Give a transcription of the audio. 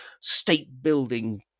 state-building